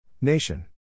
Nation